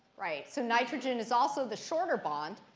right. so nitrogen is also the shorter bond,